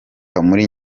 muri